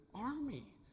army